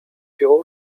pure